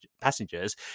passengers